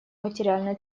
материально